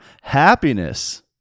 happiness